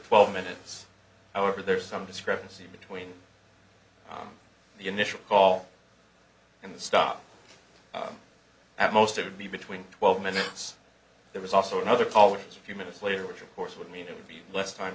twelve minutes however there was some discrepancy between the initial call and the stop at most it would be between twelve minutes there was also another call it was a few minutes later which of course would mean it would be less time